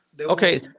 Okay